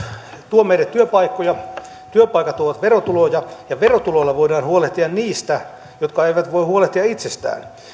tuo meille työpaikkoja työpaikat tuovat verotuloja ja verotuloilla voidaan huolehtia niistä jotka eivät voi huolehtia itsestään